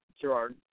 Gerard